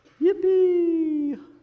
Yippee